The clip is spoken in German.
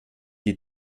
die